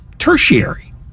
tertiary